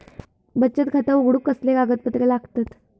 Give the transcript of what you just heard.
बचत खाता उघडूक कसले कागदपत्र लागतत?